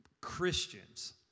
Christians